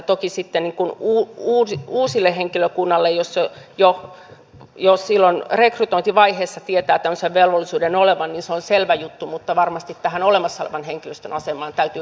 toki sitten uudelle henkilökunnalle jos jo silloin rekrytointivaiheessa tietää tämmöisen velvollisuuden olevan se on selvä juttu mutta varmasti tähän olemassa olevan henkilöstön asemaan täytyy kiinnittää huomiota